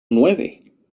nueve